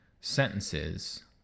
sentences